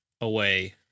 away